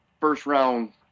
first-round